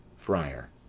friar.